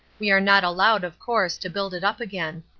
we are not allowed, of course, to build it up again.